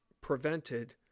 prevented